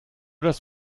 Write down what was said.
das